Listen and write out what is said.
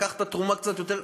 לקחת תרומה קצת יותר,